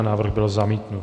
Návrh byl zamítnut.